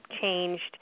changed